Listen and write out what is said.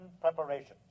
preparations